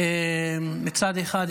מצד אחד,